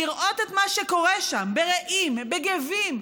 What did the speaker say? לראות את מה שקורה שם, ברעים, בגבים.